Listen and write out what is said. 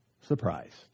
surprised